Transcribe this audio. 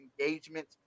engagement